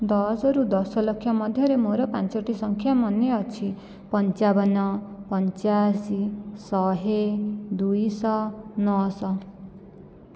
ଦଶରୁ ଦଶଲକ୍ଷ ମଧ୍ୟରେ ମୋର ପାଞ୍ଚଟି ସଂଖ୍ୟା ମନେ ଅଛି ପଞ୍ଚାବନ ପଞ୍ଚାଅଶି ଶହେ ଦୁଇଶହ ନଅଶହ